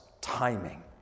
timing